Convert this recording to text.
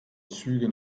züge